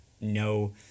no